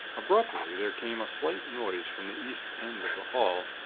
abruptly, there came a slight noise from the east end of the hall,